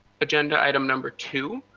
agenda item number two.